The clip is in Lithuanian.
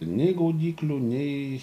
nei gaudyklių nei